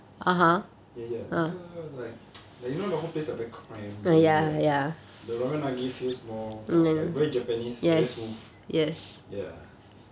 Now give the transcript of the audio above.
ya ya 那个 like like you know the whole place very cram very like the ramen nagi feels more !wah! like very japanese very smooth ya